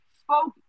spoke